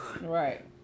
right